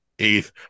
Eighth